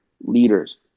leaders